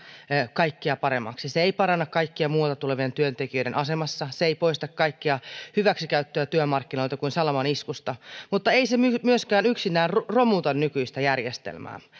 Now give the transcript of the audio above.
kaikkea paremmaksi se ei paranna kaikkea muualta tulevien työntekijöiden asemassa se ei poista kaikkea hyväksikäyttöä työmarkkinoilta kuin salaman iskusta mutta ei se myöskään yksinään romuta nykyistä järjestelmää